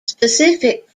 specific